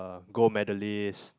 gold medalist